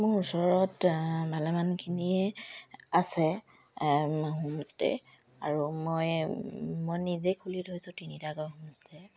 মোৰ ওচৰত ভালেমানখিনিয়ে আছে হোমষ্টে' আৰু মই মই নিজে খুলি থৈছোঁ তিনিটাকৈ হোমষ্টে